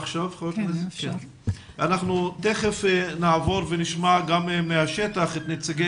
אנחנו תיכף נעבור ונשמע מהשטח את נציגי